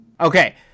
Okay